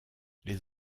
les